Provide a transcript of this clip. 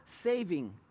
saving